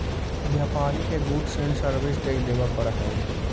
व्यापारि के goods and service tax देवे पड़ऽ हई